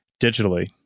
digitally